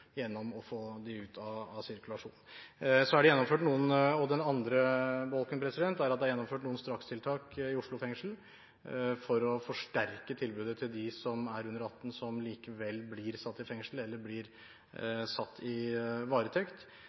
gjennom å få dem ut av sirkulasjon. Den andre bolken er at det er gjennomført noen strakstiltak i Oslo fengsel for å forsterke tilbudet til dem som er under 18 år som likevel blir satt i fengsel, eller blir satt i varetekt.